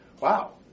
wow